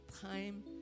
time